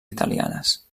italianes